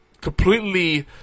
completely